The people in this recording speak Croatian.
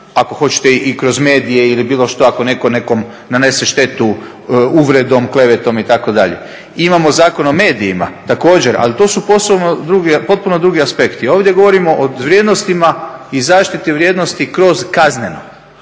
ako hoćete i kroz medije ili bilo šta, ako neko nekom nanese štetu uvredom, klevetom itd. Imamo Zakon o medijima također, ali to su potpuno drugi aspekti. Ovdje govorimo o vrijednostima i zaštiti vrijednosti kroz kazneno.